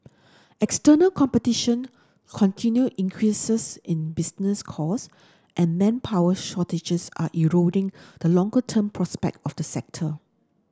external competition continued increases in business cost and manpower shortages are eroding the longer term prospect of the sector